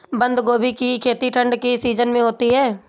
बंद गोभी की खेती ठंड के सीजन में होती है